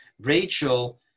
Rachel